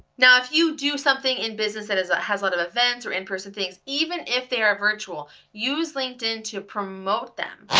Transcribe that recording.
now if you do something in business that has ah a lot of events or in-person things, even if they are virtual, use linkedin to promote them.